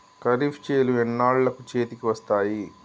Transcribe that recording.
ఖరీఫ్ చేలు ఎన్నాళ్ళకు చేతికి వస్తాయి?